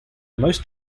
most